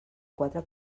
quatre